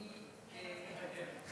אני מוותר.